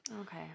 Okay